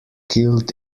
killed